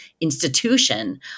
institution